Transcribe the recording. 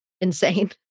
insane